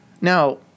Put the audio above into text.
Now